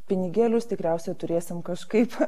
pinigėlius tikriausiai turėsim kažkaip